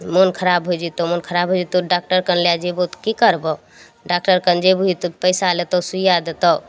मोन खराब होइ जतौ मोन खराब होइ जतौ डाक्टर कन लै जयबहो तऽ की करबहो डाक्टर कन जेबही तऽ पैसा लेतौ सुइया देतौ